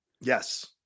Yes